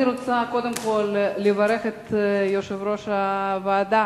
אני רוצה קודם כול לברך את יושב-ראש הוועדה,